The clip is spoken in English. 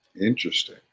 Interesting